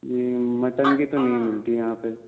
جی mutton کی تو نہیں ملتی یہاں پہ